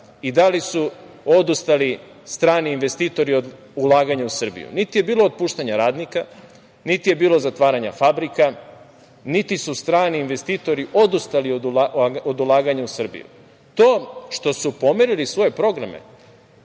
i da li su odustali strani investitori od ulaganja u Srbiju. Niti je bilo otpuštanja radnika, niti je bilo zatvaranja fabrika, niti su strani investitori odustali od ulaganja u Srbiju. To što su pomerili svoje programe